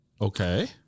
Okay